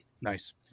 Nice